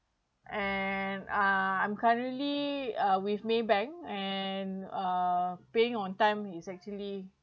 and uh I'm currently uh with Maybank and uh paying on time is actually